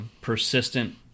persistent